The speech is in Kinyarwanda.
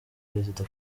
perezida